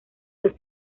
los